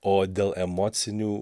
o dėl emocinių